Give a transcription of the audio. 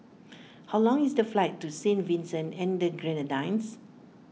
how long is the flight to Saint Vincent and the Grenadines